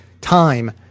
time